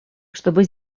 чтобы